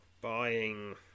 buying